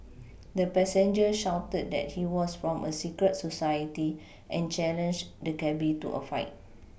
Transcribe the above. the passenger shouted that he was from a secret society and challenged the cabby to a fight